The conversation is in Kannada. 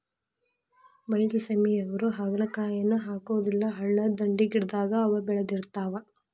ಬೈಲಸೇಮಿಯವ್ರು ಹಾಗಲಕಾಯಿಯನ್ನಾ ಹಾಕುದಿಲ್ಲಾ ಹಳ್ಳದ ದಂಡಿ, ಪೇಕ್ಜಾಲಿ ಗಿಡದಾಗ ಅವ ಬೇಳದಿರ್ತಾವ